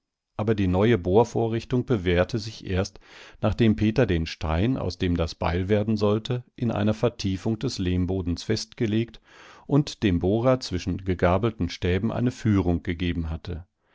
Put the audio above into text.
aber die neue bohrvorrichtung bewährte sich erst nachdem peter den stein aus dem das beil werden sollte in einer vertiefung des lehmbodens festgelegt und dem bohrer zwischen gegabelten stäben eine führung gegeben hatte